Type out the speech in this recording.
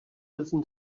listen